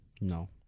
No